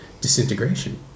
disintegration